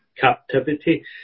captivity